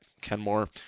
Kenmore